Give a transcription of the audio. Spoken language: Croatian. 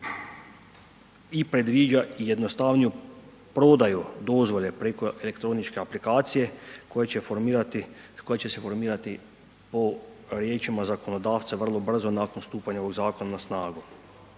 i predviđa i jednostavniju prodaju dozvole preko elektroničke aplikacije koja će se formirati po riječima zakonodavca vrlo brzo nakon stupanja u zakon na snagu.